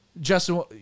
Justin